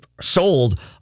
sold